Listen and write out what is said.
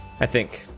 i think